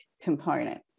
component